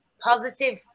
positive